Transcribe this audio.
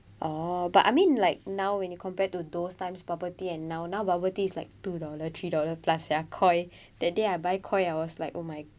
oh but I mean like now when you compared to those times bubble tea and now now bubble tea is like two dollar three dollar plus ya Koi that day I buy Koi I was like oh my